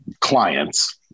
clients